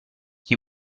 chi